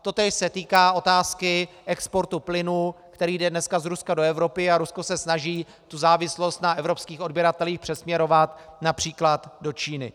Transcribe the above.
Totéž se týká otázky exportu plynu, který jde dnes z Ruska do Evropy, a Rusko se snaží závislost na evropských odběratelích přesměrovat například do Číny.